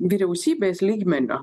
vyriausybės lygmeniu